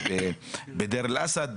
בדיר אל אסד,